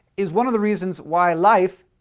is one of the reasons why life,